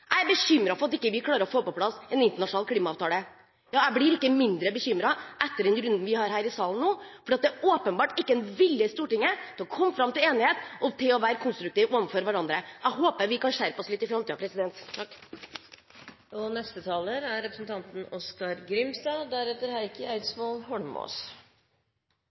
Jeg er bekymret for at vi ikke klarer å få på plass en internasjonal klimaavtale. Jeg blir ikke mindre bekymret etter den runden vi har her i salen nå, for det er åpenbart ikke en vilje i Stortinget til å komme fram til enighet og til å være konstruktiv overfor hverandre. Jeg håper vi kan skjerpe oss litt i framtiden. Klimafornektarane har kome i regjering, seier SV, og det er